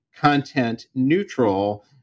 content-neutral